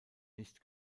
nicht